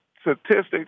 statistics